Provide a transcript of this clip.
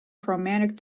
chromatic